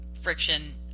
friction